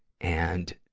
and,